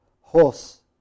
horse